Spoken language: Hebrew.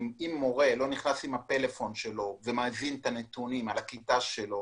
אם מורה לא נכנס עם הטלפון שלו ומזין את הנתונים על הכיתה שלו,